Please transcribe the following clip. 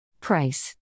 Price